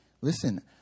listen